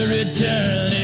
return